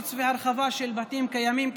שיפוץ והרחבה של בתים קיימים,